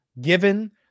Given